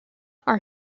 are